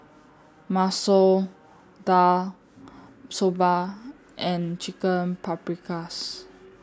Masoor Dal Soba and Chicken Paprikas